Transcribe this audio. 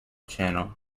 channel